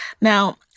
Now